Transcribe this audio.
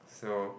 so